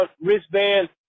wristband